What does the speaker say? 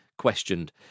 Questioned